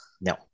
no